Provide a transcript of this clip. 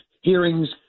hearings